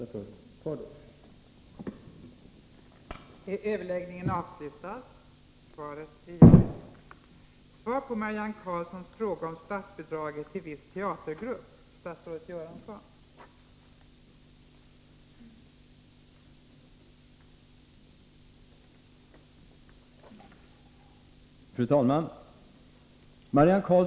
Jag är inte säker på hur jag i det avseendet skall tolka vad han sagt.